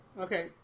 okay